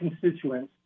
constituents